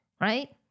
right